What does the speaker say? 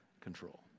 control